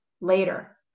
later